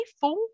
four